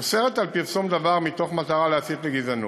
אוסרת פרסום דבר מתוך מטרה להסית לגזענות.